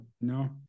No